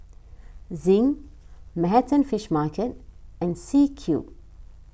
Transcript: Zinc Manhattan Fish Market and C Cube